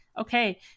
okay